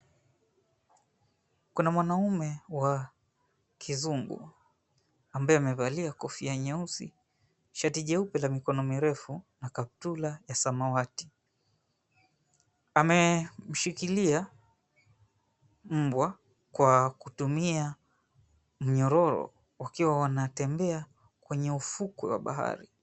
Kuna mwanaume wa kizungu ambaye amevalia kofia nyeusi, shati jeupe la mikono mirefu, na kaptula ya samawati. Amemshikilia mbwa kwa kutumia mnyororo, wakiwa wanatembea kwenye ufukwe wa bahari.